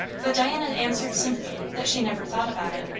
but diana answered simply that she never thought about it.